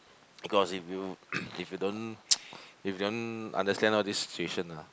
cause if you if you don't if you don't understand all this situation ah